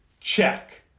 check